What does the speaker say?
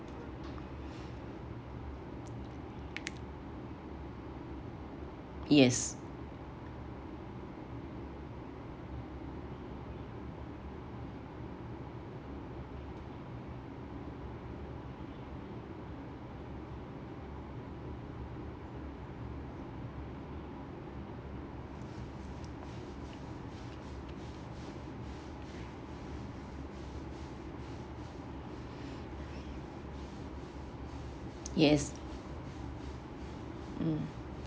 yes yes mm